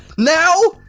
now!